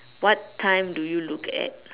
what time do you look at